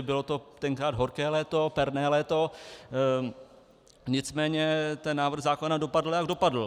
Bylo to tenkrát horké léto, perné léto, nicméně ten návrh zákona dopadl, jak dopadl.